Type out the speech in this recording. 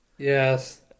Yes